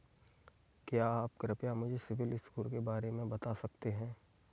क्या आप कृपया मुझे सिबिल स्कोर के बारे में बता सकते हैं?